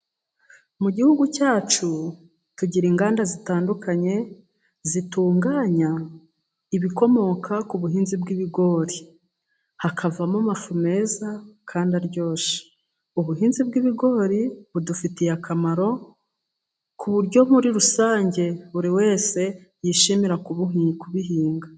Mu gihugu cyacu, tugira inganda zitandukanye, zitunganya ibikomoka ku buhinzi bw'ibigori. Hakavamo amafu meza, kandi aryoshye. Ubuhinzi bw'ibigori budufitiye akamaro, ku buryo muri rusange buri wese yishimira kubihinga.